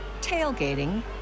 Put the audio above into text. tailgating